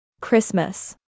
Christmas